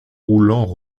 roulants